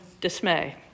dismay